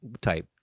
type